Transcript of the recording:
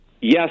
Yes